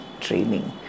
training